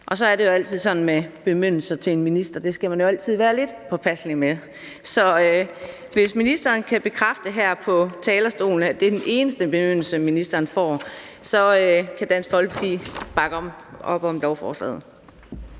Så er det jo altid sådan med bemyndigelser til en minister, at det skal man være lidt påpasselig med. Så hvis ministeren her fra talerstolen kan bekræfte, at det er den eneste bemyndigelse, ministeren får, så kan Dansk Folkeparti bakke op om lovforslaget.